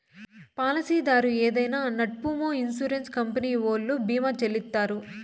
పాలసీదారు ఏదైనా నట్పూమొ ఇన్సూరెన్స్ కంపెనీ ఓల్లు భీమా చెల్లిత్తారు